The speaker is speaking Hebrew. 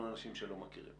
אנשים שלא מכירים.